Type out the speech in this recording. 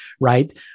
right